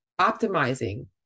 optimizing